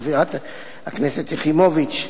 חברת הכנסת יחימוביץ,